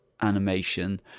animation